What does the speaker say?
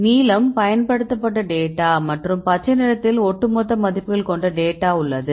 நீலம் பயன்படுத்தப்பட்ட டேட்டா மற்றும் பச்சை நிறத்தில் ஒட்டுமொத்த மதிப்புகள் கொண்ட டேட்டா உள்ளது